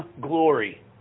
glory